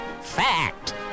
Fact